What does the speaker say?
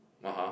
ah !huh!